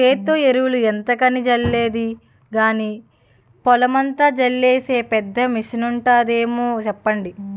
సేత్తో ఎరువులు ఎంతకని జల్లేది గానీ, పొలమంతా జల్లీసే పెద్ద మిసనుంటాదేమో సెప్పండి?